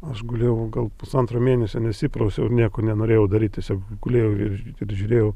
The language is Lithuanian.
aš gulėjau gal pusantro mėnesio nesiprausiau ir nieko nenorėjau daryt tiesiog gulėjau ir ir žiūrėjau